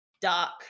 dark